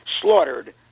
slaughtered